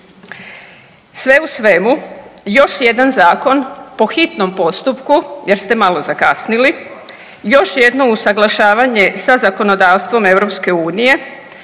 Sve u svemu, još jedan zakon po hitnom postupku, jer ste malo zakasnili, još jedno usuglašavanje sa zakonodavstvom